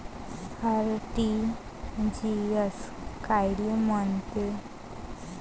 RTGS कायले म्हनते?